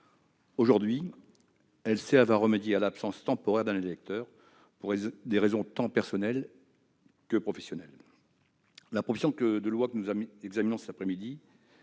Aujourd'hui, elles servent à remédier à l'absence temporaire d'un électeur, pour des raisons tant personnelles que professionnelles. La proposition de loi que nous examinons cet après-midi